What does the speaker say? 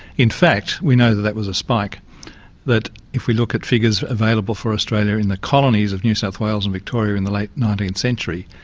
in fact we know that that was a spike that if we look at figures available for australia in the colonies of new south wales and victoria in the late nineteenth century,